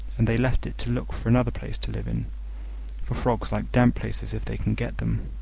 and they left it to look for another place to live in for frogs like damp places if they can get them.